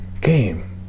game